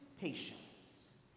patience